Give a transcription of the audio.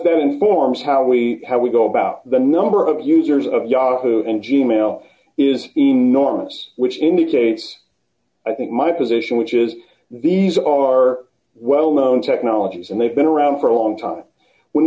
then informs how we how we go about the number of users of yahoo and g mail is enormous which indicates i think my position which is these are well known technologies and they've been around for a long time when